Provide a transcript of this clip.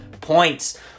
points